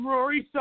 Rory